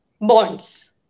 bonds